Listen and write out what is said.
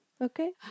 Okay